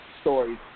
stories